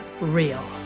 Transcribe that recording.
real